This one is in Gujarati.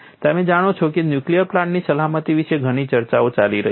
તમે જાણો છો કે નુક્લિયર પ્લાન્ટની સલામતી વિશે ઘણી ચર્ચાઓ ચાલી રહી છે